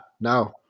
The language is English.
No